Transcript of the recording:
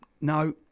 no